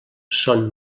són